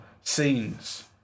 scenes